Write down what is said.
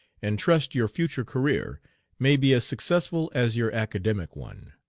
and trust your future career may be as successful as your academic one.